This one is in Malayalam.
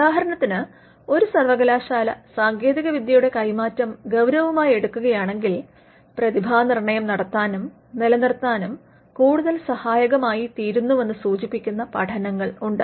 ഉദാഹരണത്തിന് ഒരു സർവകലാശാല സാങ്കേതികവിദ്യയുടെ കൈമാറ്റം ഗൌരവമായി എടുക്കുകയാണെങ്കിൽ പ്രതിഭാനിർണയം നടത്താനും നിലനിർത്താനും കൂടുതൽ സഹായകമായി തീരുന്നുവെന്നു സൂചിപ്പിക്കുന്ന പഠനങ്ങളുണ്ട്